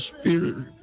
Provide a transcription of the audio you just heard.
spirit